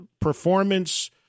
performance